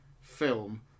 film